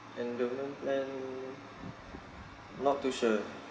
endowment plan not too sure